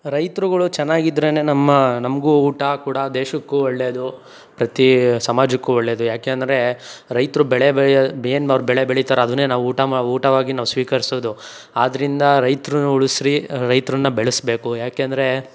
ರೈತ್ರುಗಳು ಚೆನ್ನಾಗಿದ್ರೆ ನಮ್ಮ ನಮಗೂ ಊಟ ಕೂಡ ದೇಶಕ್ಕೂ ಒಳ್ಳೆಯದು ಪ್ರತಿ ಸಮಾಜಕ್ಕೂ ಒಳ್ಳೆಯದು ಯಾಕೆಂದರೆ ರೈತರು ಬೆಳೆ ಬೆಳಿಯೊ ಏನು ಅವ್ರು ಬೆಳೆ ಬೆಳಿತಾರೆ ಅದನ್ನೇ ನಾವು ಊಟ ಮಾ ಊಟವಾಗಿ ನಾವು ಸ್ವೀಕರಿಸೋದು ಆದ್ದರಿಂದ ರೈತ್ರನ್ ಉಳಿಸ್ರಿ ರೈತ್ರನ್ನ ಬೆಳೆಸಬೇಕು ಯಾಕೆಂದರೆ